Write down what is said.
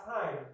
time